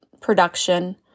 production